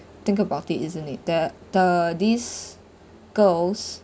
think about it isn't it that the these girls